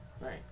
right